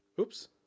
Oops